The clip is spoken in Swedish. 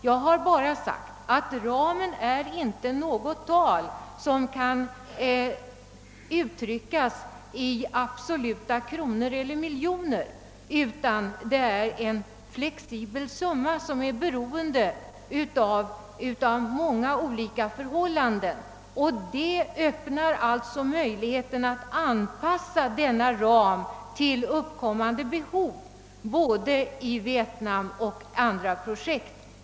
Jag har bara sagt att ramen inte representerar något absolut tal som kan uttryckas i miljoner kronor, utan det är fråga om en flexibel summa som är beroende av många olika förhållanden. Det finns alltså möjligheter att anpassa denna ram efter uppkommande behov, både i Vietnam och när det gäller andra projekt.